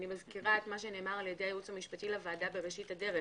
ואני מזכירה את מה שנאמר על ידי הייעוץ המשפטי לוועדה בראשית הדרך,